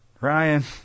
Ryan